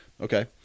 Okay